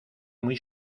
muy